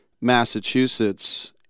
Massachusetts